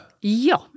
Ja